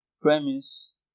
premise